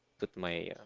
put my